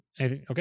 Okay